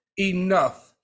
enough